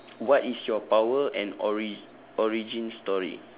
what is your power and ori~ origin story